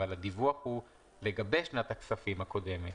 אבל הדיווח הוא לגבי שנת הכספים הקודמת.